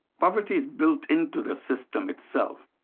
poverty is built into the system itself,